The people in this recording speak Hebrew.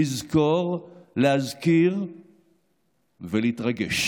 לזכור, להזכיר ולהתרגש.